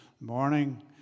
morning